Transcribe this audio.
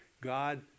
God